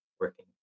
working